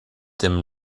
dem